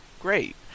Great